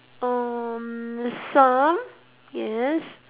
hmm some yes